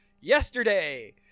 Yesterday